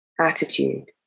attitude